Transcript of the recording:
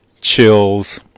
chills